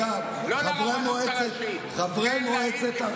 חברי מועצת,